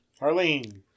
Harleen